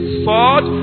sword